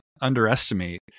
underestimate